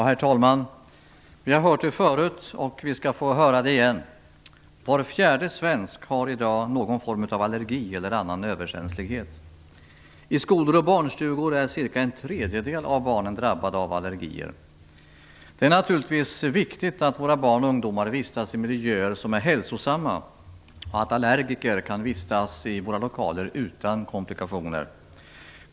Herr talman! Vi har hört det förut, och vi skall få höra det igen. Var fjärde svensk har i dag någon form av allergi eller annan överkänslighet. I skolor och barnstugor är cirka en tredjedel av barnen drabbade av allergier. Det är naturligtvis viktigt att våra barn och ungdomar vistas i miljöer som är hälsosamma och att allergiker kan vistas i våra lokaler utan komplikationer.